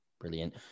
Brilliant